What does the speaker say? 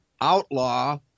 outlaw